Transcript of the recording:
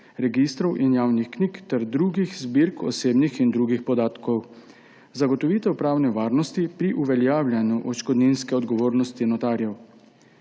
registrov in javnih knjig ter drugih zbirk osebnih in drugih podatkov; zagotovitev pravne varnosti pri uveljavljanju odškodninske odgovornosti notarjev.